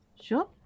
Sure